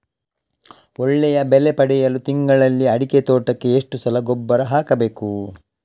ಒಳ್ಳೆಯ ಬೆಲೆ ಪಡೆಯಲು ತಿಂಗಳಲ್ಲಿ ಅಡಿಕೆ ತೋಟಕ್ಕೆ ಎಷ್ಟು ಸಲ ಗೊಬ್ಬರ ಹಾಕಬೇಕು?